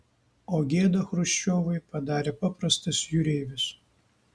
o gėdą chruščiovui padarė paprastas jūreivis